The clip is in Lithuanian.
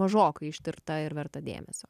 mažokai ištirta ir verta dėmesio